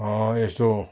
यसो